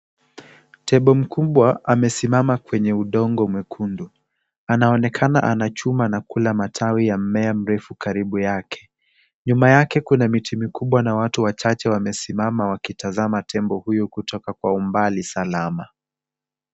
Tembo mkubwa amesimama kwenye udongo mwekundu. Anaonekana anachuma na kula matawi ya mmea mrefu karibu yake. Nyuma yake kuna miti mikubwa na watu wachache wamesimama wakitazama tembo huyu kutoka kwa umbali salama.